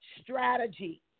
strategy